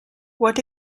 what